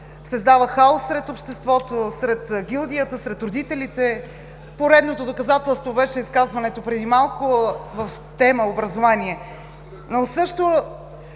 създава хаос сред обществото, сред гилдията, сред родителите. Поредното доказателство беше изказването преди малко на тема образование (Реплика